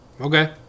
Okay